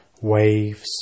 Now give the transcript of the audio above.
Waves